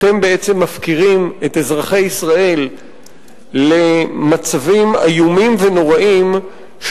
אתם בעצם מפקירים את אזרחי ישראל למצבים איומים ונוראים,